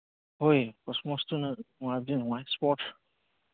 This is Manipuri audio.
ꯍꯣꯏ ꯀꯣꯁꯃꯣꯁꯇꯨꯅ ꯅꯨꯡꯉꯥꯏꯕꯗꯤ ꯅꯨꯡꯉꯥꯏ ꯏꯁꯄꯣꯔꯠꯁ